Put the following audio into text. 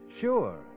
Sure